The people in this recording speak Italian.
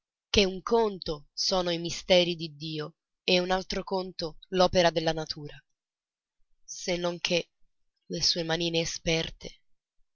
che un conto sono i misteri di dio e un altro conto l'opera della natura se non che le sue manine esperte